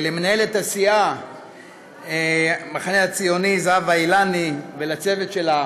למנהלת סיעת המחנה הציוני זהבה אילני ולצוות שלה,